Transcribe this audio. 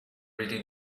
really